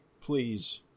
please